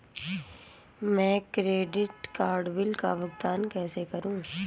मैं credit card bill का भुगतान कैसे करूं?